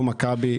מכבי,